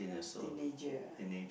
teenager ah